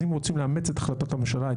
אז אם רוצים לאמץ את החלטת הממשלה,